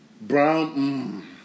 Brown